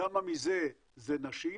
כמה מזה זה נשים,